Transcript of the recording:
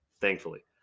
Thankfully